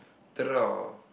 draw